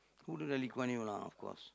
who don't like Lee Kuan Yew lah of course